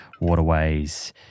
waterways